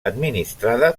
administrada